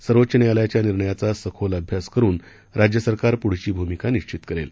सर्वोच्च न्यायालयाच्या निर्णयाचा सखोल अभ्यास करून राज्य सरकार पुढची भूमिका निश्वित करेल